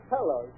Hello